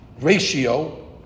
ratio